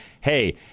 Hey